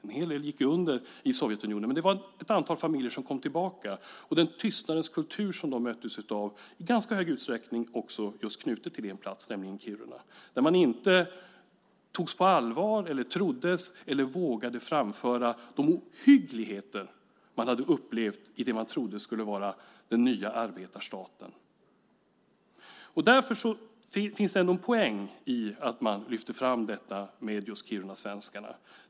En hel del gick under i Sovjetunionen. Men det var ett antal familjer som kom tillbaka. De möttes av den tystnadens kultur som i ganska hög utsträckning var knuten just till din hemort, nämligen Kiruna, där man inte togs på allvar, troddes eller vågade framföra de ohyggligheter man hade upplevt i det man trodde skulle vara den nya arbetarstaten. Därför finns det en poäng i att man lyfter fram just kirunasvenskarna.